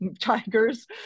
tigers